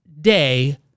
day